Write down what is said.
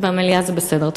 במליאה זה בסדר.